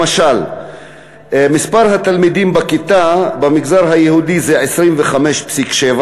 למשל מספר התלמידים בכיתה במגזר היהודי זה 25.7,